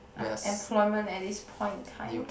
um employment at this point in time